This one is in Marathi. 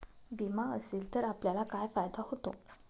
विमा असेल तर आपल्याला काय फायदा होतो?